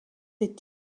est